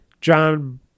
John